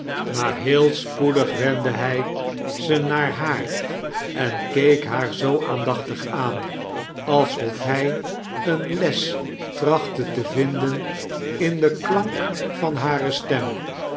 maar heel spoedig wendd hij ze naar haar en keek haar zoo aandachtig aan alsof hij een les trachtte te vinden in de klank van hare stem